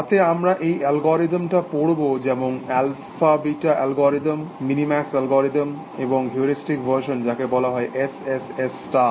যাতে আমরা এই অ্যালগোরিদমটা পড়ব যেমন অ্যালফাবেটা অ্যালগরিদম মিনিম্যাক্স অ্যালগোরিদম এবং হিউরেস্টিক ভার্সন যাকে বলা হয় S S S স্টার